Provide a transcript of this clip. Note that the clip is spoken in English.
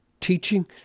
teaching